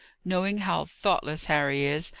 knowing how thoughtless harry is,